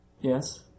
Yes